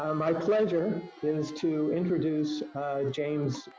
um my pleasure is to introduce james,